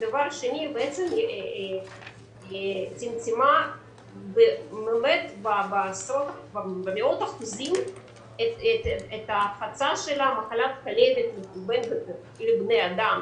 דבר שני היא צמצמה באמת במאות אחוזים את ההפצה של מחלת הכלבת לבני אדם.